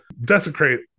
desecrate